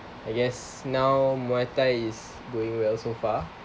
I guess now muay thai is going well so far